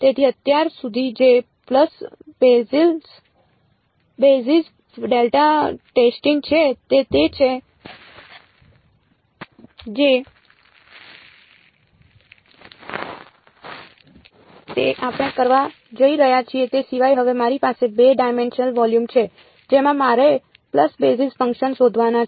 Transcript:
તેથી અત્યાર સુધી જે પલ્સ બેઝિસ ડેલ્ટા ટેસ્ટિંગ છે તે તે છે જે આપણે કરવા જઈ રહ્યા છીએ તે સિવાય હવે મારી પાસે 2 ડાયમેન્શનલ વોલ્યુમ છે જેમાં મારે પલ્સ બેઝિસ ફંક્શન્સ શોધવાના છે